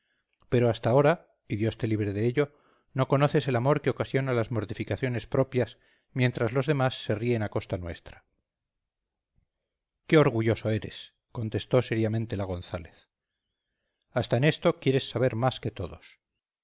pero hasta ahora y dios te libre de ello no conoces el amor que ocasiona las mortificaciones propias mientras los demás se ríen a costa nuestra qué orgulloso eres contestó seriamente la gonzález hasta en esto quieres saber más que todos